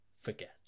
forget